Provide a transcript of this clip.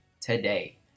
today